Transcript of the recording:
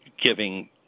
giving